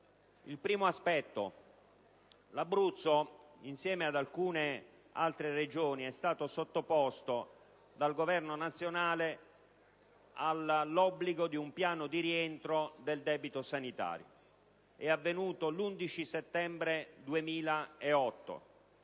Il primo aspetto riguarda l'Abruzzo, che, insieme ad altre Regioni, è stato sottoposto dal Governo nazionale all'obbligo di un piano di rientro del debito sanitario a partire dall'11 settembre 2008,